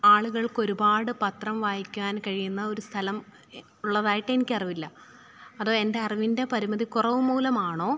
ആളുകള്ക്കൊരുപാട് പത്രം വായിക്കാന് കഴിയുന്ന ഒരു സ്ഥലം ഉള്ളതായിട്ടെനിക്കറിവില്ല അതോ എന്റെ അറിവിന്റെ പരിമിതിക്കുറവു മൂലമാണോ